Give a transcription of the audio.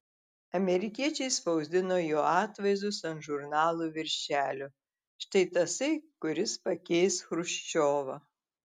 amerikiečiai spausdino jo atvaizdus ant žurnalų viršelių štai tasai kuris pakeis chruščiovą